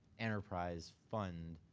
enterprise fund,